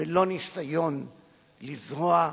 ולא ניסיון לזרוע,